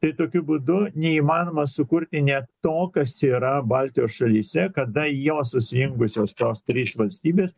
tai tokiu būdu neįmanoma sukurti net to kas čia yra baltijos šalyse kada jos susijungusios tos trys valstybės